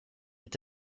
est